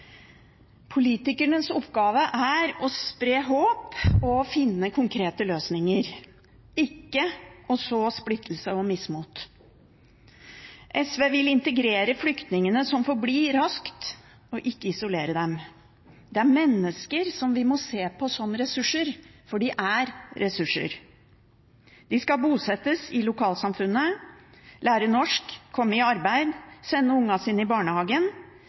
Politikernes oppgave er å spre håp og finne konkrete løsninger, ikke å så splittelse og mismot. SV vil integrere flyktningene som får bli, raskt og ikke isolere dem. Det er mennesker som vi må se på som ressurser, for de er ressurser. De skal bosettes i lokalsamfunnet, lære norsk, komme i arbeid, sende ungene sine i barnehagen,